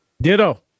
Ditto